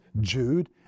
Jude